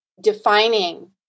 defining